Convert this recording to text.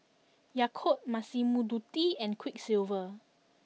Yakult Massimo Dutti and Quiksilver